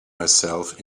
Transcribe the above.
myself